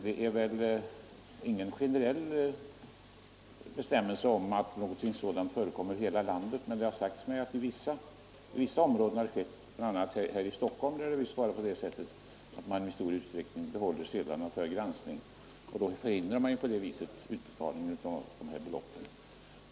Det finns väl ingen generell bestämmelse om att någonting sådant skall förekomma i hela landet, men det har alltså sagts mig att man i vissa områden, bl.a. här i Stockholm, i stor utsträckning behåller sedlarna för granskning och på det viset förhindrar utbetalningen av de här beloppen.